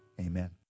Amen